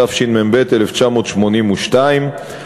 התשמ"ב 1982,